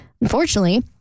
Unfortunately